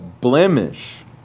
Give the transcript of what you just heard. blemish